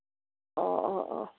অঁ অঁ অঁ